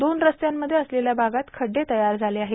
दोन रस्त्यांमध्ये असलेल्या भागात खड्डे तयार झाले आहे